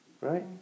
Right